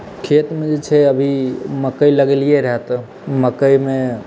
खेतमे जे छै अभी मकइ लगेलियै रह तऽ मकइमे